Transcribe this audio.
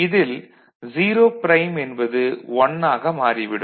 இதில் 0 ப்ரைம் என்பது 1 ஆக மாறிவிடும்